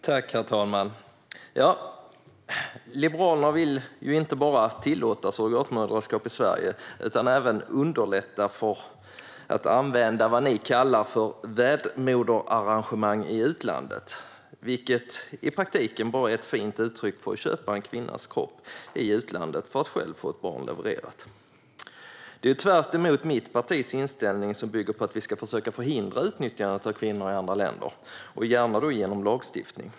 Herr talman! Liberalerna vill inte bara tillåta surrogatmoderskap i Sverige utan även underlätta för att använda vad de kallar för värdmoderarrangemang i utlandet, vilket i praktiken bara är ett fint uttryck för att köpa en kvinnas kropp i utlandet för att själv få ett barn levererat. Det är tvärtemot mitt partis inställning, som bygger på att vi ska försöka förhindra utnyttjandet av kvinnor i andra länder, gärna genom lagstiftning.